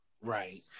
Right